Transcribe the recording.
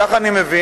כך אני מבין.